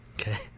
Okay